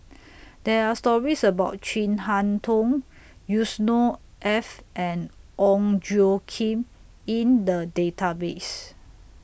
There Are stories about Chin Harn Tong Yusnor Ef and Ong Tjoe Kim in The Database